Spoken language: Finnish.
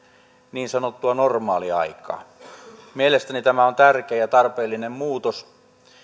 niin sanottua normaaliaikaa mielestäni tämä on tärkeä ja tarpeellinen muutos